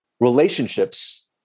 relationships